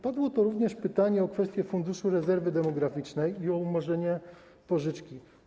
Padło również pytanie o kwestię Funduszu Rezerwy Demograficznej i o umorzenie pożyczki.